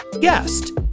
guest